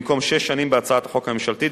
במקום שש שנים בהצעת החוק הממשלתית,